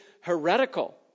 heretical